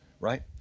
right